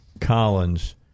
Collins